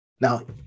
Now